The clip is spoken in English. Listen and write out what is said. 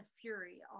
fury